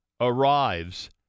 arrives